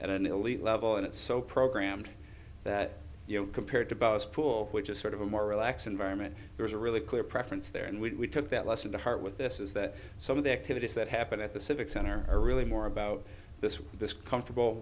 at an elite level and it's so programmed that you know compared to bowers pool which is sort of a more relaxed environment there's a really clear preference there and we took that lesson to heart with this is that some of the activities that happen at the civic center are really more about this this comfortable